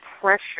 pressure